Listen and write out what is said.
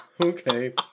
Okay